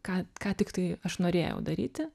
ką ką tiktai aš norėjau daryti